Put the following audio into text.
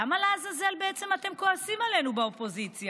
למה לעזאזל בעצם אתם כועסים עלינו באופוזיציה?